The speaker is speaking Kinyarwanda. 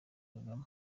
kagame